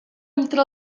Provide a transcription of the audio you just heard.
entre